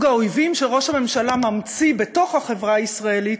האויבים שראש הממשלה ממציא בתוך החברה הישראלית